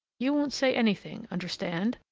you won't say anything, understand?